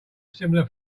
similar